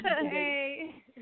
hey